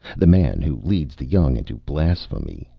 the man who leads the young into blasphemy,